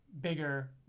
bigger